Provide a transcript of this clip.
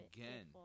Again